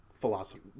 philosophy